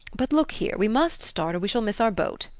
but, look here, we must start or we shall miss our boat.